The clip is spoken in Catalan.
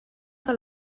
que